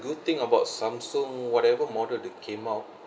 good thing about samsung whatever model they came out